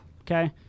okay